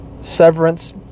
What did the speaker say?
severance